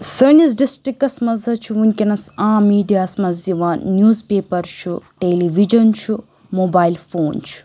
سٲنِس ڈِسٹرکَس منٛز حظ چھُ وُنکٮ۪نَس عام میٖڈیاہَس منٛز یِوان نیوٕز پیپَر چھُ ٹیلی وِجَن چھُ موبایِل فون چھُ